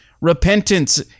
Repentance